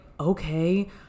Okay